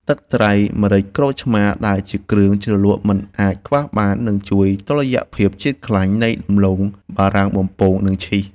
ទឹកត្រីម្រេចក្រូចឆ្មាដែលជាគ្រឿងជ្រលក់មិនអាចខ្វះបាននឹងជួយតុល្យភាពជាតិខ្លាញ់នៃដំឡូងបារាំងបំពងនិងឈីស។